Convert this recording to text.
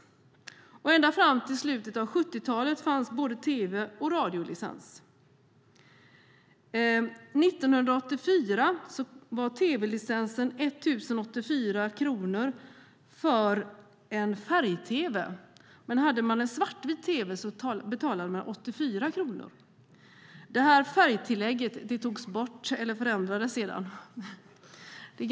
Ända fram till slutet av 1970-talet fanns både tv och radiolicens. År 1984 var tv-licensen 1 084 kronor för en färg-tv. Hade man en svartvit tv betalade man 84 kronor. Färgtillägget förändrades sedan.